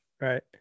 Right